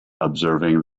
observing